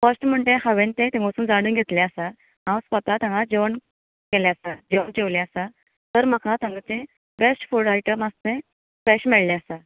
first म्हणटे हांवेन तें थंय वचून तें जाणून घेतलें आसा हांव स्वता हांगा जेवण केल्ले आसा जे जेवलें आसा तर म्हाका ताचें बेस्ट फूड आयटम आसा तें फ्रेश मेळ्ळें आसा